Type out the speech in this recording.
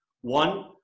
One